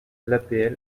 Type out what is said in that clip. l’apl